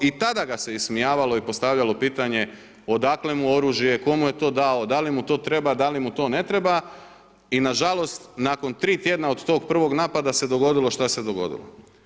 I tada ga se ismijavalo i postavljalo pitanje odakle mu oružje, tko mu je to dao, da li mu to treba, da li mu to ne treba i nažalost, nakon tri tjedna od tog prvog napada se dogodilo šta se dogodilo.